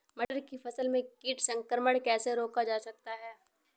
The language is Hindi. मटर की फसल में कीट संक्रमण कैसे रोका जा सकता है?